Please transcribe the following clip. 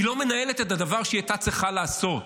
היא לא מנהלת את הדבר שהייתה צריכה לעשות,